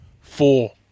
Four